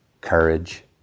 courage